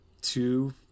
two